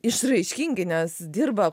išraiškingi nes dirba